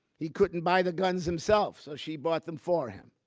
he couldn't buy the guns himself, so she bought them for him.